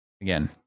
again